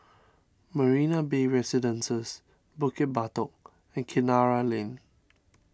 Marina Bay Residences Bukit Batok and Kinara Lane